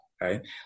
Right